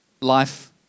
life